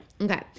Okay